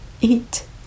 eat